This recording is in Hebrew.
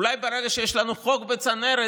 אולי ברגע שיש לנו חוק בצנרת,